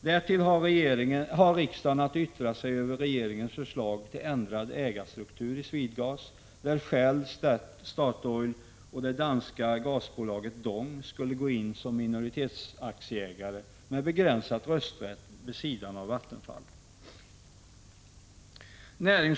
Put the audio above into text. Därtill har riksdagen att yttra sig över regeringens förslag till ändrad ägarstruktur i Swedegas, där Shell, Statoil och det danska gasbolaget DONG skulle gå in som minoritetsaktieägare med begränsad rösträtt vid sidan av Vattenfall.